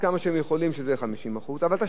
שזה יהיה 50%. אבל אתה שאלת שאלה טובה,